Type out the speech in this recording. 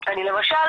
אני באמת חושב,